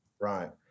Right